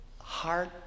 heart